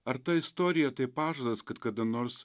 ar ta istorija tai pažadas kad kada nors